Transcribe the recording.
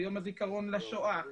ביום הזיכרון לשואה,